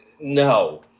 no